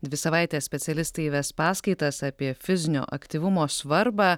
dvi savaites specialistai ves paskaitas apie fizinio aktyvumo svarbą